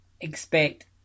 expect